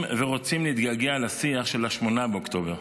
ורוצים להתגעגע לשיח של 8 באוקטובר.